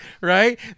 right